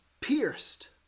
pierced